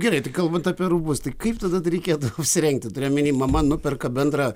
gerai tai kalbant apie rūbus tai kaip tada reikėtų apsirengti turiu omeny mama nuperka bendrą